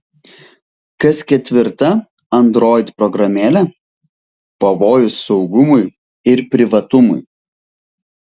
kas ketvirta android programėlė pavojus saugumui ir privatumui